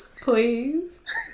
Please